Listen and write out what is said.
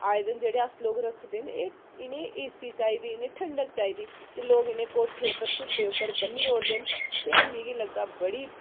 आए दे न जेह्ड़े अस लोक रखदे न एह् इ'नें एसी चीज़ चाहिदी ठंडक चाहिदी ते लोक इनेंगी कोठे उप्पर धुप्पै उप्पर बन्नी ओड़दे ते मिगी लगदा बड़ी